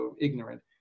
ignorant